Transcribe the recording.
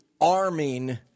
arming